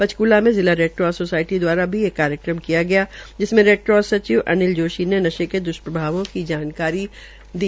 पंचकूला में जिला Red Cross society द्वारा भी एक कार्यक्रम आयोजित किया गया जिसमें रेडक्रास सचिव अनिल जोशी ने नशे के द्ष्प्रभावों की जानकारी दी